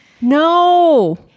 no